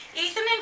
Ethan